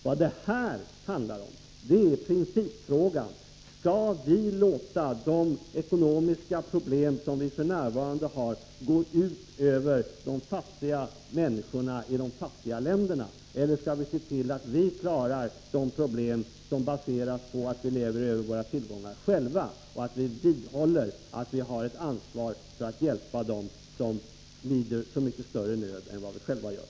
Vad det handlar om nu är principfrågan om vi skall låta våra ekonomiska 165 problem gå ut över människorna i de fattiga länderna. Eller skall vi se till att vi klarar de problem som baseras på att vi lever över våra tillgångar och samtidigt vidhålla att vi har ett ansvar för att hjälpa dem som lider så mycket större nöd än vi själva gör?